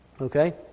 Okay